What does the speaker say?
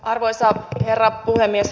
arvoisa herra puhemies